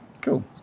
cool